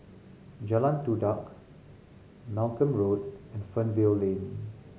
Jalan Todak Malcolm Road and Fernvale Lane